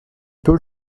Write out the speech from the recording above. paul